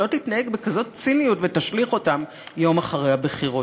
לא תתנהג בכזאת ציניות ותשליך את העובדים יום אחרי הבחירות.